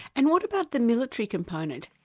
and what about the military component?